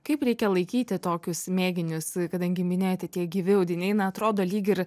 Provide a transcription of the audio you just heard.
kaip reikia laikyti tokius mėginius kadangi minėjote tie gyvi audiniai na atrodo lyg ir